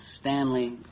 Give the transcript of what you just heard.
Stanley